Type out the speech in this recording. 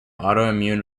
autoimmune